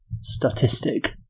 statistic